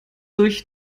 durch